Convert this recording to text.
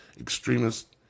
extremists